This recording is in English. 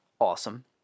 Awesome